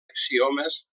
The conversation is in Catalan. axiomes